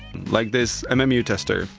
like this ah mmu tester,